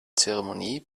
zeremonie